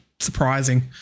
surprising